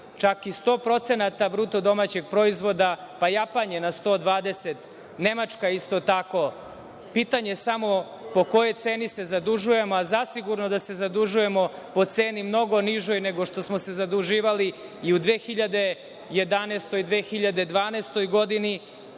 čak i 100% bruto domaćeg proizvoda, pa Japan je na 120, Nemačka isto tako. Pitanje je samo po kojoj ceni se zadužujemo, a zasigurno da se zadužujemo po ceni mnogo nižoj nego što smo se zaduživali i u 2011, 2012. godini. Želim